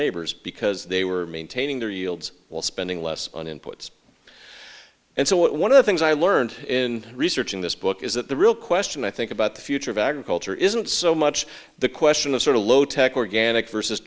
neighbors because they were maintaining their yields while spending less on inputs and so one of the things i learned in researching this book is that the real question i think about the future of agriculture isn't so much the question of sort of low tech organic versus